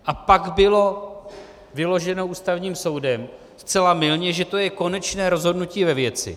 A pak bylo vyloženo Ústavním soudem, zcela mylně, že to je konečné rozhodnutí ve věci.